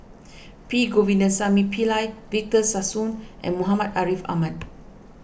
P Govindasamy Pillai Victor Sassoon and Muhammad Ariff Ahmad